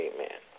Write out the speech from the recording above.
Amen